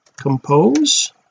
compose